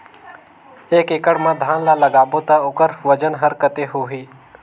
एक एकड़ मा धान ला लगाबो ता ओकर वजन हर कते होही?